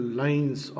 lines